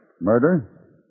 Murder